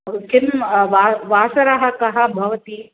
किं वा वासरः भवति